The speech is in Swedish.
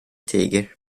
tiger